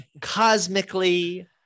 cosmically